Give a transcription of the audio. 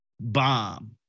bomb